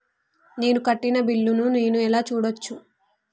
నేను కట్టిన బిల్లు ను నేను ఎలా చూడచ్చు?